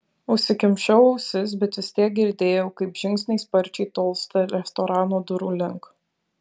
užsikimšau ausis bet vis tiek girdėjau kaip žingsniai sparčiai tolsta restorano durų link